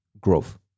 growth